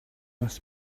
must